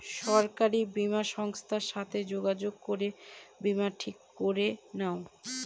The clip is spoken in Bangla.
সরকারি বীমা সংস্থার সাথে যোগাযোগ করে বীমা ঠিক করে নাও